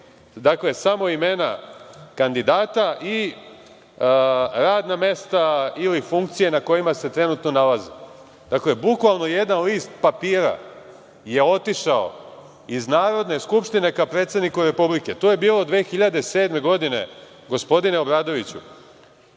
Dakle, samo imena kandidata i radna mesta ili funkcije na kojima se trenutno nalaze. Bukvalno jedan list papira je otišao iz Narodne skupštine ka predsedniku Republike. To je bilo 2007. godine, gospodine Obradoviću.